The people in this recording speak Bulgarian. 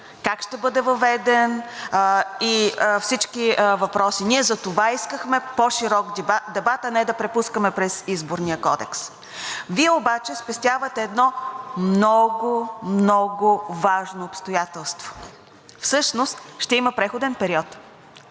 как ще бъде въведен и всички въпроси. Ние затова искахме по широк дебат, а не да препускаме през Изборния кодекс. Вие обаче спестявате едно много, много важно обстоятелство – всъщност ще има преходен период.